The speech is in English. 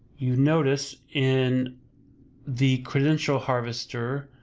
you'll notice in the credential harvester,